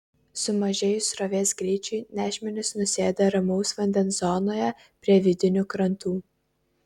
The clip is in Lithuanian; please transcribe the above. sumažėjus srovės greičiui nešmenys nusėda ramaus vandens zonoje prie vidinių krantų